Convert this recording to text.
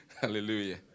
Hallelujah